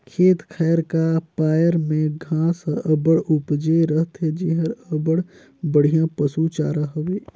खेत खाएर का पाएर में घांस हर अब्बड़ उपजे रहथे जेहर अब्बड़ बड़िहा पसु चारा हवे